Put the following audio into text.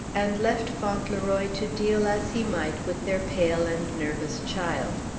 and left fauntleroy to deal as he might with their pale and nervous child.